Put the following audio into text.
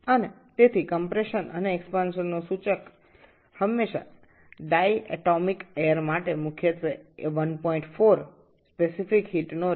এবং তাই সংকোচনের এবং সম্প্রসারণের আপেক্ষিক তাপের অনুপাত এর সূচকটি সর্বদা দ্বিপরমাণুক গ্যাসগুলির জন্য প্রাথমিকভাবে ১৪